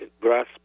grasp